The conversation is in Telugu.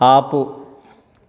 ఆపు